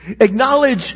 Acknowledge